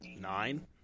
nine